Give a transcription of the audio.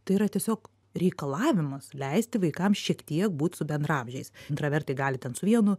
tai yra tiesiog reikalavimas leisti vaikam šiek tiek būt su bendraamžiais intravertai gali ten su vienu